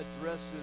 addresses